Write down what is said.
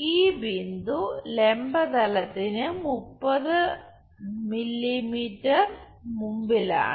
ഈ ബിന്ദു ലംബ തലത്തിന് 30 എംഎം മുമ്പിലാണ്